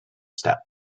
step